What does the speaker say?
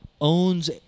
owns